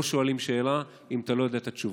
שואלים שאלה אם אתה לא יודע את התשובה.